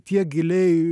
tiek giliai